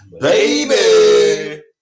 Baby